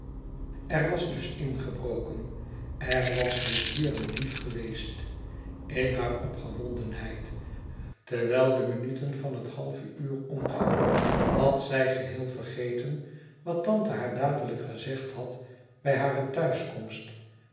er was dus ingebroken er was dus hier een dief geweest in haar opgewondenheid terwijl de minuten van het halve uur omgingen had zij geheel vergeten wat tante haar dadelijk gezegd had bij hare thuiskomst